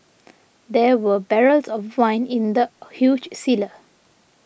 there were barrels of wine in the huge cellar